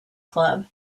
club